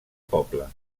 poble